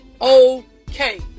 okay